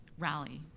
rally?